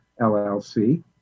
LLC